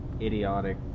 idiotic